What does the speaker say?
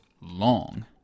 long